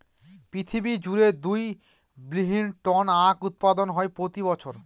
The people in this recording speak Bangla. পৃথিবী জুড়ে দুই বিলীন টন আখ উৎপাদন হয় প্রতি বছর